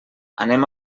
anem